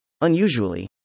unusually